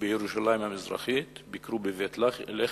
בירושלים המזרחית, ביקרו בבית-לחם,